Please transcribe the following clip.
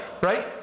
right